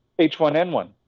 H1N1